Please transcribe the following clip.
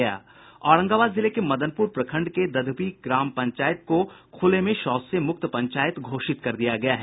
औरंगाबाद जिले के मदनपुर प्रखंड के दधपी ग्राम पंचायत को खुले में शौच से मुक्त पंचायत घोषित कर दिया गया है